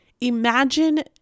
Imagine